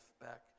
back